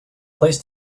place